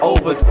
Over